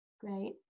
Great